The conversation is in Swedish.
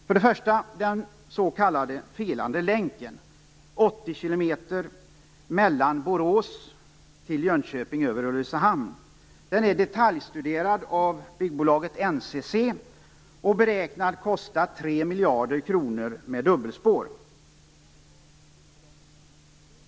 För det första gäller det den s.k. felande länken. Ulricehamn-Jönköping. Detta är detaljstuderat av byggbolaget NCC och beräknas kosta 3 miljarder kronor med dubbelspår.